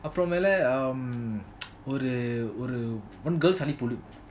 அப்புறம் மேல ஒரு ஒரு:apram mela oru oru one girl suddenly pulled him